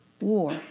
war